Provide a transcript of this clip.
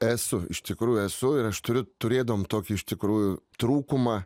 esu iš tikrųjų esu ir aš turiu turėdavom tokį iš tikrųjų trūkumą